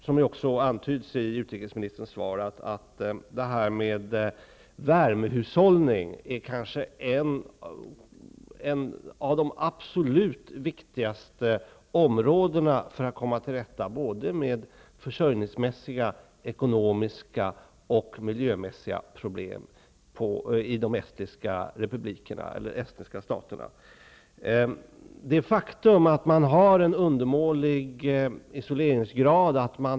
Som antyds i utrikesministerns svar är värmehushållning kanske ett av de viktigaste områdena när man skall komma till rätta med försörjningsmässiga, ekonomiska och miljömässiga problem i de baltiska staterna. Man har en undermålig isoleringsgrad.